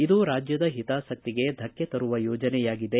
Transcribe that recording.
ಇದು ರಾಜ್ವದ ಹಿತಾಸಕ್ತಿಗೆ ಧಕ್ಕೆ ತರುವ ಯೋಜನೆಯಾಗಿದೆ